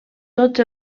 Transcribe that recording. tots